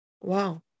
Wow